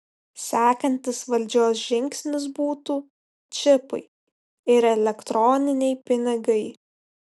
sekantis valdžios žingsnis būtų čipai ir elektroniniai pinigai